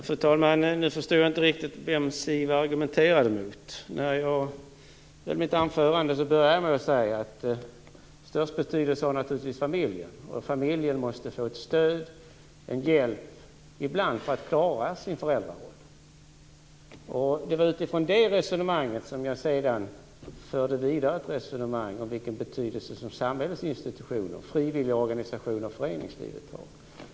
Fru talman! Nu förstår jag inte riktigt vem Siw Persson argumenterar mot. I mitt anförande började jag med att säga att störst betydelse har naturligtvis familjen och att familjen måste få stöd och hjälp, ibland för att klara sin föräldraroll. Det var utifrån det resonemanget som jag sedan förde vidare ett resonemang om vilken betydelse som samhällets institutioner, frivilliga organisationer och föreningslivet har.